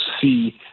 see